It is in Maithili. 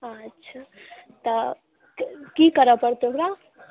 अच्छा तऽ की करय पड़तै ओकरा